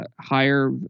higher